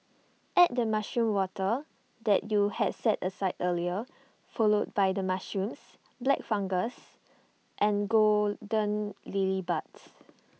add the mushroom water that you had set aside earlier followed by the mushrooms black fungus and golden lily buds